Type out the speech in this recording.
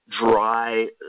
dry